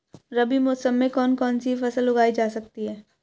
रबी मौसम में कौन कौनसी फसल उगाई जा सकती है?